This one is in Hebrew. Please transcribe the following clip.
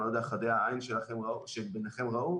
אני לא יודע אם חדי העין שביניכם ראו,